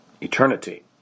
eternity